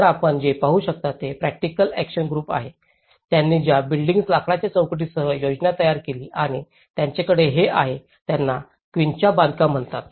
तर आपण जे पाहू शकता ते प्रॅक्टिकल ऐक्शन ग्रुप आहे त्यांनी ज्या बिल्डिंगी लाकडाच्या चौकटीसह योजना तयार केली आणि त्यांच्याकडे हे आहे त्यांना क्विन्चा बांधकाम म्हणतात